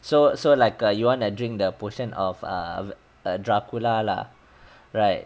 so so like uh you wanna drink the portion of err dracula lah right